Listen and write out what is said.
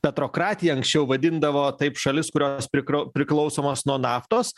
petrokratija anksčiau vadindavo taip šalis kurios prikrau priklausomos nuo naftos